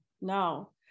no